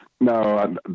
No